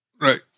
Right